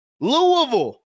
Louisville